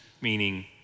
Meaning